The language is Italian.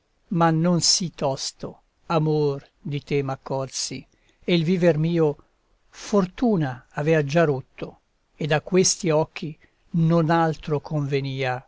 ma non sì tosto amor di te m'accorsi e il viver mio fortuna avea già rotto ed a questi occhi non altro convenia